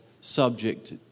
subject